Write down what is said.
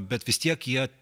bet vis tiek jie